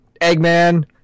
Eggman